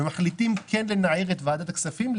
ומחליטים כן לנער את ועדת הכספים,